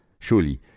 Surely